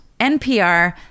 NPR